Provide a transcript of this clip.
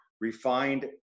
refined